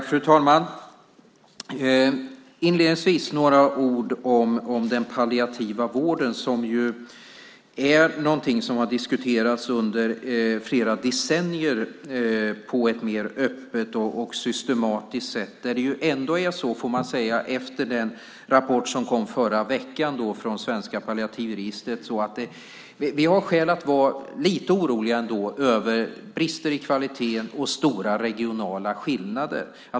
Fru talman! Inledningsvis ska jag säga några ord om den palliativa vården, som är någonting som har diskuterats under flera decennier på ett mer öppet och systematiskt sätt. Efter den rapport som kom förra veckan från Svenska Palliativregistret har vi ändå skäl att vara lite oroliga över brister i kvaliteten och stora regionala skillnader.